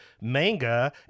manga